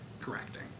correcting